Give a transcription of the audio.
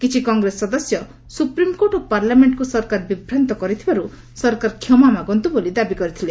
କିଛି କଂଗ୍ରେସ ସଦସ୍ୟ ସୁପ୍ରିମ୍କୋର୍ଟ ଓ ପାର୍ଲାମେଣ୍ଟକ୍ର ସରକାର ବିଭ୍ରାନ୍ତ କରିଥିବାର୍ ସରକାର କ୍ଷମାମାଗନ୍ତ୍ର ବୋଲି ଦାବି କରିଥିଲେ